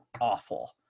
awful